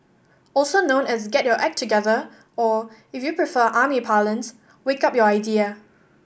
also known as get your act together or if you prefer army parlance wake up your idea